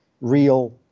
real